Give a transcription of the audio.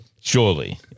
Surely